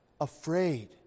afraid